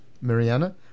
mariana